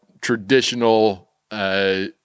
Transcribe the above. traditional